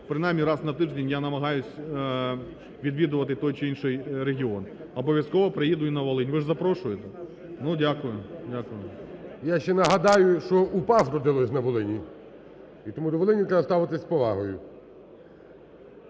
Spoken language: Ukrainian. Принаймні, раз на тиждень я намагаюсь відвідувати той чи інших регіон. Обов'язково приїду і на Волинь. Ви ж запрошуєте? Ну, дякую, дякую. ГОЛОВУЮЧИЙ. Я ще нагадаю, що УПА зародилось на Волині. І тому до Волині треба ставитися з повагою.